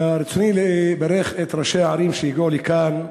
ברצוני לברך את ראשי הערים שהגיעו לכאן,